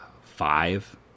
five